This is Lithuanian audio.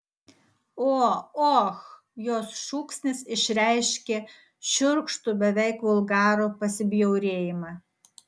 o och jos šūksnis išreiškė šiurkštų beveik vulgarų pasibjaurėjimą